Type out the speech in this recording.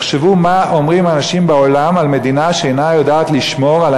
תחשבו מה אומרים אנשים בעולם על מדינה שאינה יודעת לשמור על